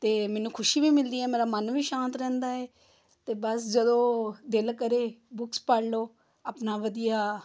ਅਤੇ ਮੈਨੂੰ ਖੁਸ਼ੀ ਵੀ ਮਿਲਦੀ ਹੈ ਮੇਰਾ ਮਨ ਵੀ ਸ਼ਾਂਤ ਰਹਿੰਦਾ ਹੈ ਅਤੇ ਬਸ ਜਦੋਂ ਦਿਲ ਕਰੇ ਬੁੱਕਸ ਪੜ੍ਹ ਲਓ ਆਪਣਾ ਵਧੀਆ